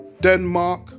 Denmark